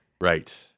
right